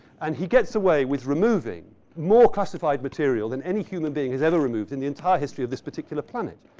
and he gets away with removing more classified material than any human being has ever removed in the entire history of this particular planet.